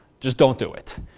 just don't do it.